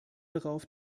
darauf